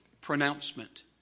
pronouncement